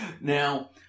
Now